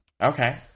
Okay